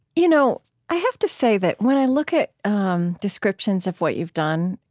you know i have to say that when i look at um descriptions of what you've done,